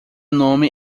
nome